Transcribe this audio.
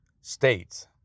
states